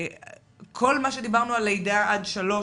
כל מה שדיברנו על לידה עד שלוש,